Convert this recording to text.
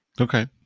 okay